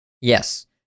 Yes